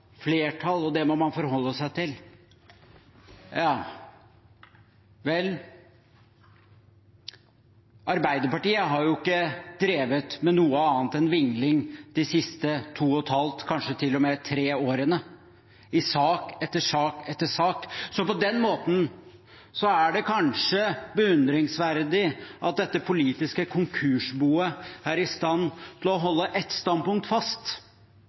flertall, og at man må forholde seg til det. Vel, Arbeiderpartiet har jo ikke drevet med noe annet enn vingling de siste to og et halvt – kanskje til og med tre – årene i sak etter sak etter sak. På den måten er det kanskje beundringsverdig at dette politiske konkursboet er i stand til å holde ett standpunkt fast.